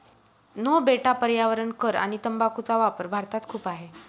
no बेटा पर्यावरण कर आणि तंबाखूचा वापर भारतात खूप आहे